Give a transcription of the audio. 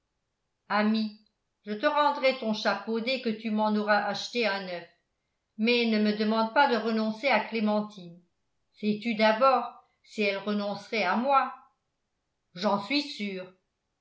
ami je te rendrai ton chapeau dès que tu m'en auras acheté un neuf mais ne me demande pas de renoncer à clémentine sais-tu d'abord si elle renoncerait à moi j'en suis sûr